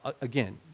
again